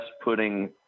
putting